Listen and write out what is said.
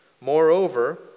Moreover